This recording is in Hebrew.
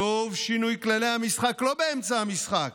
שוב שינוי כללי המשחק, לא באמצע המשחק,